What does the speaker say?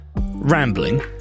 rambling